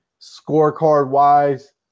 scorecard-wise